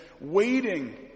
waiting